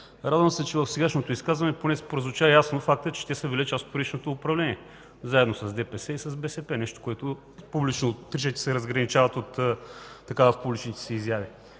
Радвам се, че в сегашното изказване поне прозвуча ясно факта, че те са били част от предишното управление, заедно с ДПС и с БСП, нещо за което публично отричат, че се разграничават в публичните си изяви.